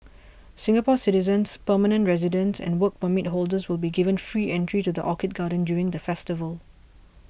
Singapore citizens permanent residents and Work Permit holders will be given free entry to the Orchid Garden during the festival